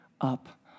up